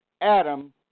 Adam